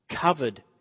covered